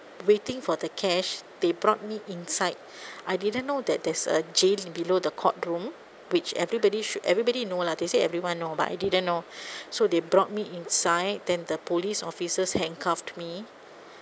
waiting for the cash they brought me inside I didn't know that there's a jail below the courtroom which everybody should everybody know lah they say everyone know but I didn't know so they brought me inside then the police officers handcuffed me